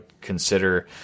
consider